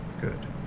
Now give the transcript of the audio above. Good